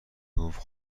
گفت